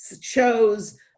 shows